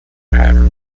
patterns